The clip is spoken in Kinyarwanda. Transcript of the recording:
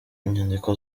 inyandiko